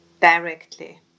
directly